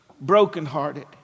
brokenhearted